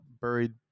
buried